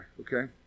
okay